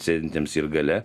sėdintiems ir gale